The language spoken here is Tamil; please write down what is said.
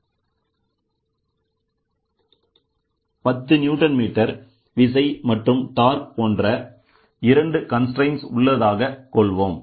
10 நியூட்டன் மீட்டர் விசை மற்றும் டார்க் போன்ற இரண்டு கன்ஸ்ரெய்ன்ட் உள்ளதாக கொள்வோம்